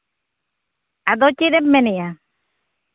ᱟᱫᱚ ᱪᱮᱫ ᱮᱢ ᱢᱮᱱᱮᱫᱼᱟ